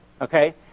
okay